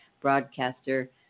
broadcaster